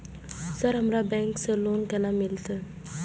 Sir हमरा bank से loan केना मिलते?